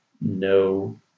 no